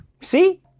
See